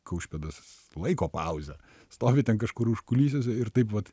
kaušpėdas laiko pauzę stovi ten kažkur užkulisiuose ir taip vat